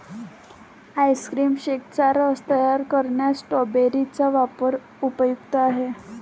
ice cream शेकचा रस तयार करण्यात स्ट्रॉबेरी चा वापर उपयुक्त आहे